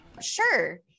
Sure